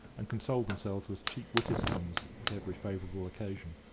and consoled themselves with cheap witticisms at every favourable occasion.